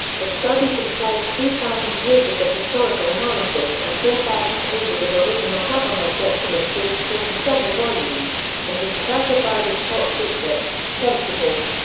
the study comprised three thousand pages of historical analysis and four thousand pages of original government documents in forty seven volumes, and was classified as top secret sensitive.